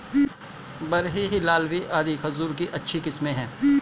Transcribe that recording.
बरही, हिल्लावी आदि खजूर की अच्छी किस्मे हैं